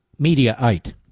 Mediaite